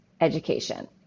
education